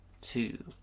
two